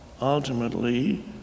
ultimately